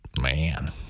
Man